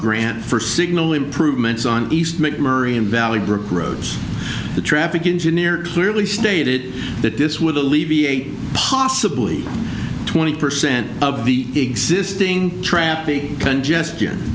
grant for signal improvements on east mcmurry in valley brook roads the traffic engineer clearly stated that this would alleviate possibly twenty percent of the existing trapping congestion